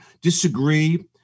disagree